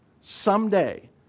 someday